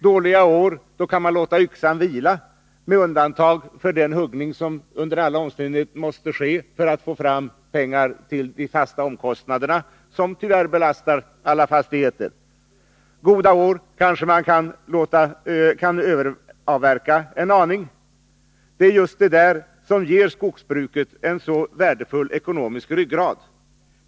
Dåliga år kan man låta yxan vila, med undantag för den huggning som under alla omständigheter måste ske för att man skall få fram pengar till de fasta omkostnader som tyvärr belastar alla fastigheter. Goda år kanske man överavverkar en aning. Det är just detta som ger skogsbruket en så värdefull ekonomisk ryggrad.